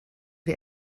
wir